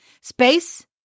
Space